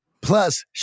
Plus